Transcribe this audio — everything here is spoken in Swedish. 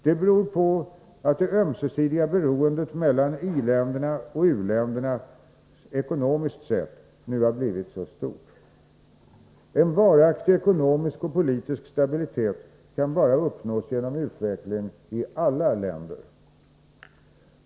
Det är en följd av att det ömsesidiga beroendet mellan ioch u-ländernas ekonomier nu har blivit så stort. En varaktig ekonomisk och politisk stabilitet kan bara uppnås genom en utveckling i alla länder.